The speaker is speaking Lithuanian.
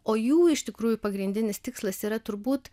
o jų iš tikrųjų pagrindinis tikslas yra turbūt